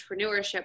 entrepreneurship